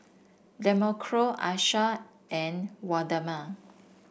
Demarco Aisha and Waldemar